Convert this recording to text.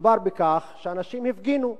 מדובר בכך שאנשים הפגינו,